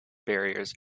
barriers